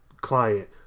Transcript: client